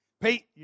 Pete